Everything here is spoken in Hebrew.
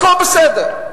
הכול בסדר,